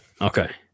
okay